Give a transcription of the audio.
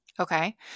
Okay